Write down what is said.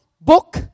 book